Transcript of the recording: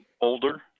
older